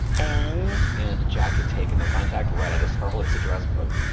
and? and jack had taken the contact right out of scarlett's address book.